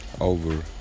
over